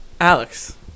Alex